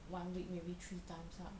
one week maybe three times ah